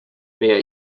meie